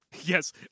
Yes